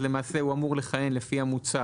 אז למעשה הוא אמור לכהן לפי המוצע,